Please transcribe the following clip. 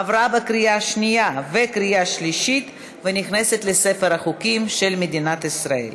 עברה בקריאה שנייה וקריאה שלישית ונכנסת לספר החוקים של מדינת ישראל.